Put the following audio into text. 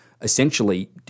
essentially